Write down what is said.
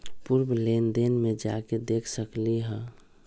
पूर्व लेन देन में जाके देखसकली ह?